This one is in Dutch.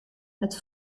het